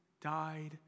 died